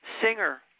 singer